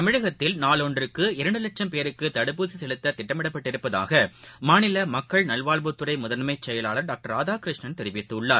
தமிழகத்தில் நாளொன்றுக்கு இரண்டு லட்சம் பேருக்கு தடுப்பூசி செலுத்த திட்டமிடப்பட்டுள்ளதாக மாநில மக்கள் நல்வாழ்வுத்துறை முதன்மை செயலாளர் டாக்டர் ராதாகிருஷ்ணன் தெரிவித்துள்ளார்